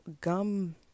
gum